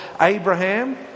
Abraham